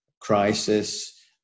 crisis